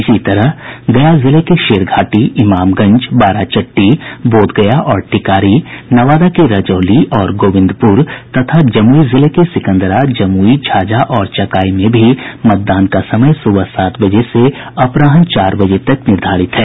इसी तरह गया जिले के शेरघाटी इमामगंज बाराचट्टी बोधगया और टिकारी नवादा के रजौली और गोविंदपुर तथा जमुई जिले के सिकंदरा जमुई झाझा और चकाई में भी मतदान का समय सुबह सात बजे से अपराह्न चार बजे तक निर्धारित है